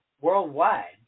worldwide